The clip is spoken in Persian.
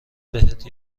بهت